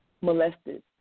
molested